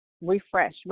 refresh